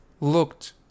looked